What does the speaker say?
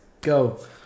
go